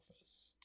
office